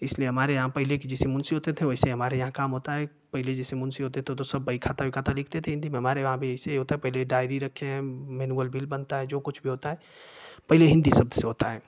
इसलिए हमारे यहाँ पहले के जैसे मुंशी होते थे वैसे हमारे यहाँ काम होता है पहले जैसे मुंशी होते थे उ तो सब बई खाता वाता देखते थे हिन्दी में हमारे वहाँ भी ऐसे होता है पहले डायरी रखे हैं मैनुअल बिल बनता है जो कुछ भी होता है पहले हिन्दी शब्द से होता है